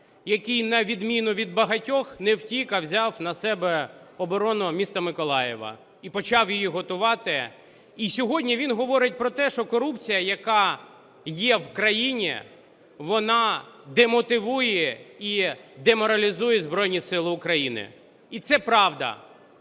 який на відміну від багатьох не втік, а взяв на себе оборону міста Миколаєва і почав її готувати. І сьогодні він говорить про те, що корупція, яка є в країні, вона демотивує і деморалізує Збройні Сили України. І це правда.